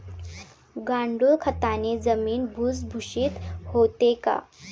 गांडूळ खताने जमीन भुसभुशीत होते का?